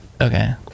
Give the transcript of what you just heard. Okay